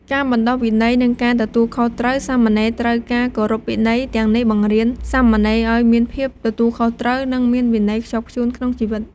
ការបណ្ដុះវិន័យ និងការទទួលខុសត្រូវ សាមណេរត្រូវការគោរពវិន័យទាំងនេះបង្រៀនសាមណេរឱ្យមានភាពទទួលខុសត្រូវ និងមានវិន័យខ្ជាប់ខ្ជួនក្នុងជីវិត។